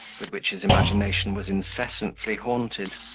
with which his imagination was incessantly haunted.